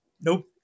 Nope